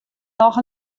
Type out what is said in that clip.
noch